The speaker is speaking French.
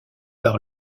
par